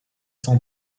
cent